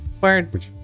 Word